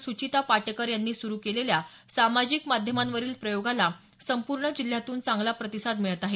सुचिता पाटेकर यांनी सुरू केलेल्या सामाजिक माध्यमांवरील प्रयोगाला संपूर्ण जिल्ह्यातून चांगला प्रतिसाद मिळत आहे